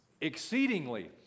exceedingly